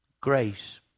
grace